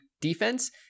defense